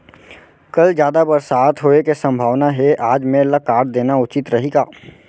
कल जादा बरसात होये के सम्भावना हे, आज मेड़ ल काट देना उचित रही का?